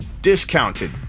discounted